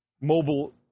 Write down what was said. Mobile